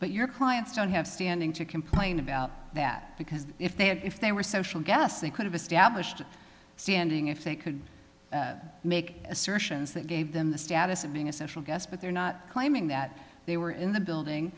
but your clients don't have standing to complain about that because if they had if they were social gas they could have established standing if they could make assertions that gave them the status of being a special guest but they're not claiming that they were in the building